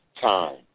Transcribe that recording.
time